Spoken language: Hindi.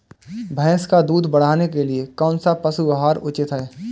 भैंस का दूध बढ़ाने के लिए कौनसा पशु आहार उचित है?